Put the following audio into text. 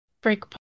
break